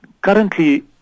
Currently